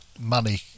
money